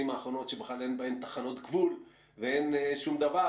האחרונות שבכלל אין בהן תחנות גבול ואין שום דבר,